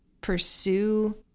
pursue